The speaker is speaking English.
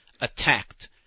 attacked